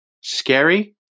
scary